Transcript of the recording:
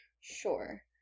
sure